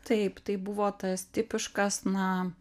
taip tai buvo tas tipiškas na